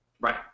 Right